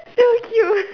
so cute